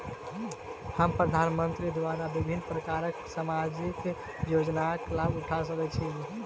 हम प्रधानमंत्री द्वारा विभिन्न प्रकारक सामाजिक योजनाक लाभ उठा सकै छी?